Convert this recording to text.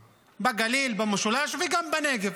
בגליל, במשולש וגם בנגב,